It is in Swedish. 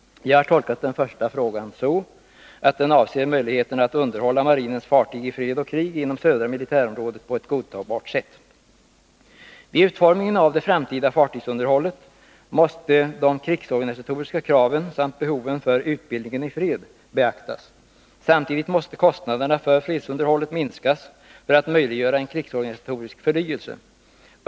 Jag har tolkat den första frågan så, att den avser möjligheterna att underhålla marinens fartyg i fred och krig inom södra militärområdet på ett godtagbart sätt. Vid utformningen av det framtida fartygsunderhållet måste de krigsorganisatoriska kraven samt behoven för utbildningen i fred beaktas. Samtidigt måste kostnaderna för fredsunderhållet minskas för att möjliggöra en krigsorganisatorisk förnyelse.